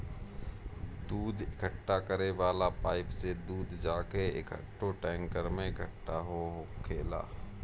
दूध इकट्ठा करे वाला पाइप से दूध जाके एकठो टैंकर में इकट्ठा होखेला